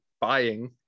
buying